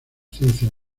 ciencias